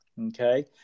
Okay